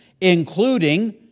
including